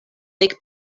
dek